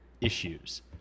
issues